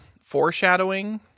foreshadowing